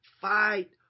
fight